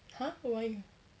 !huh! why